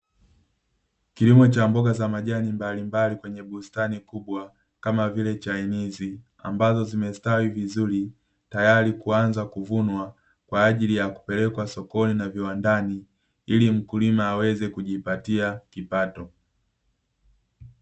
Kilimo cha mboga za majani mbalimbali kwenye bustani kubwa, kama vile chainizi, ambazo zimestawi vizuri tayari kuanza kuvunwa kwa ajili ya kupelekwa sokoni na viwandani, ili mkulima aweze kujipatia kipato.